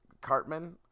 Cartman